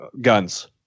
guns